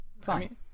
fine